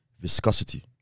Viscosity